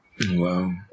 Wow